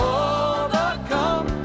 overcome